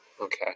Okay